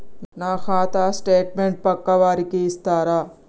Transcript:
నా ఖాతా స్టేట్మెంట్ పక్కా వారికి ఇస్తరా?